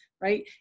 Right